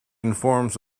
informs